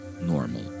normal